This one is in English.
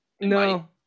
No